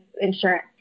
insurance